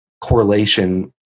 correlation